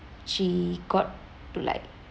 she got to like